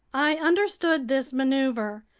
i understood this maneuver.